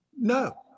No